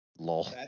Lol